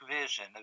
vision